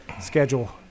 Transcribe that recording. schedule